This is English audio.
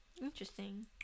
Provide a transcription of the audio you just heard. Interesting